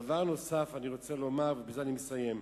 דבר נוסף אני רוצה לומר, ובזה אני מסיים.